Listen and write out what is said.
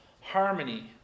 harmony